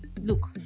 look